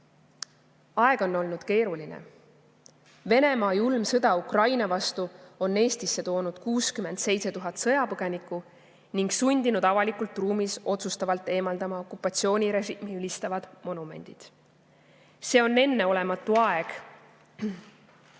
Aeg on olnud keeruline. Venemaa julm sõda Ukraina vastu on Eestisse toonud 67 000 sõjapõgenikku ning sundinud avalikust ruumist otsustavalt eemaldama okupatsioonirežiimi ülistavad monumendid. See enneolematu aeg